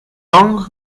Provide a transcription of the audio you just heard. long